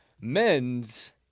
men's